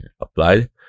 applied